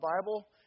Bible